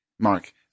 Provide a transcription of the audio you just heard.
Mark